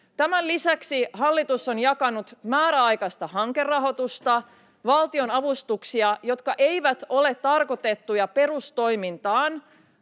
Tämän lisäksi hallitus on jakanut määräaikaista hankerahoitusta, valtionavustuksia, joita ei ole tarkoitettu perustoimintaan,